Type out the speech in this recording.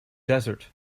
desert